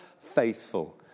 faithful